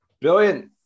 Brilliant